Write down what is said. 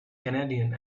canadian